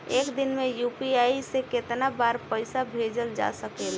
एक दिन में यू.पी.आई से केतना बार पइसा भेजल जा सकेला?